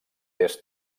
est